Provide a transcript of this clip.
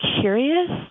curious